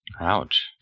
ouch